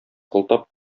кылтап